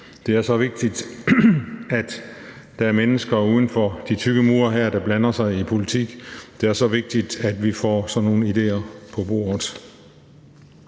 Det er så vigtigt, at der er mennesker uden for de tykke mure her, der blander sig i politik. Det er så vigtigt, at vi får sådan nogle idéer på bordet.